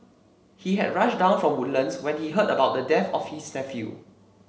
he had rushed down from Woodlands when he heard about the death of his nephew